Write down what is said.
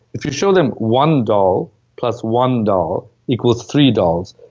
if you show them one doll plus one doll equals three dolls,